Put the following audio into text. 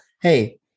Hey